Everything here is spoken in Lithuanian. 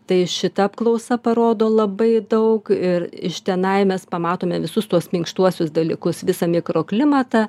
tai šita apklausa parodo labai daug ir iš tenai mes pamatome visus tuos minkštuosius dalykus visą mikroklimatą